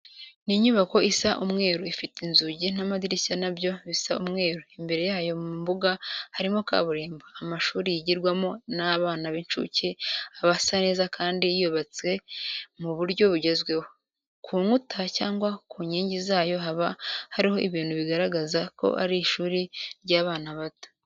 Ni inyubako isa umweru, ifit inzugi n'amadirishya na byo bisa umweru, imbere yayo mu mbuga harimo kaburimbo. Amashuri yigirwamo n'abana b'incuke aba asa neza kandi yubatswe mu buryo bugezweho. Ku nkuta cyangwa ku nkingi zayo haba hariho ibintu bigaragaraza ari ishuri ry'abana bato.